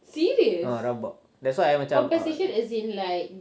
ah rabak that's why I macam